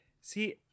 See